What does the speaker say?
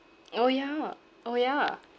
orh ya orh ya